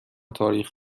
تاریخ